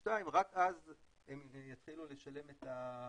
כפול שתיים, רק אז הם יתחילו לשלם את ההיטל.